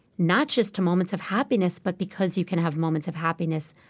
not just to moments of happiness, but because you can have moments of happiness,